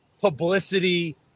publicity